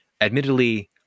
admittedly